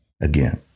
again